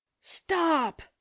stop